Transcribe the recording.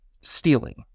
stealing